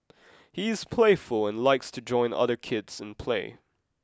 he is playful and likes to join other kids in play